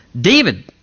David